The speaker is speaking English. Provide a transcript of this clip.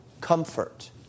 comfort